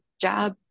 job